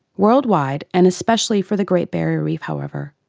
worldwide, and especially for the great barrier reef, however,